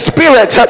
Spirit